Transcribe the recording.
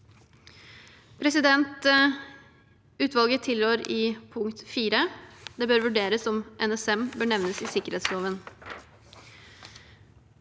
er i. Utvalget tilrår i punkt 4: «Det bør vurderes om NSM bør nevnes i sikkerhetsloven».